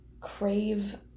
crave